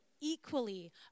equally